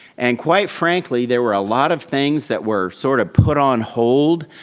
and quite frankly, there were a lot of things that were sort of put on hold.